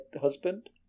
husband